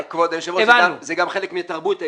כבוד היושב ראש, זה גם חלק מהתרבות העסקית.